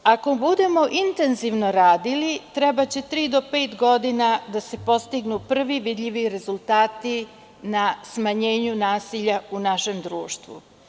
Ako budemo intenzivno radili, trebaće tri do pet godina da se postignu prvi vidljivi rezultati na smanjenju nasilja u našem društvu.